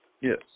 Yes